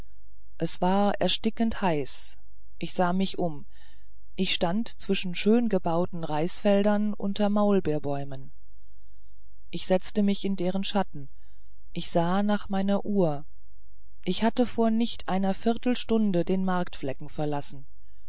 es war erstickend heiß ich sah mich um ich stand zwischen schön gebauten reisfeldern unter maulbeerbäumen ich setzte mich in deren schatten ich sah nach meiner uhr ich hatte vor nicht einer viertelstunde den marktflecken verlassen